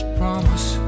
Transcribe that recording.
promise